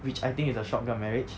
which I think is a shotgun marriage